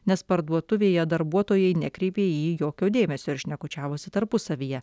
nes parduotuvėje darbuotojai nekreipė į jį jokio dėmesio ir šnekučiavosi tarpusavyje